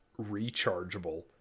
rechargeable